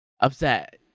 Upset